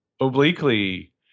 Obliquely